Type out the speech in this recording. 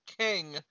king